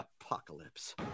apocalypse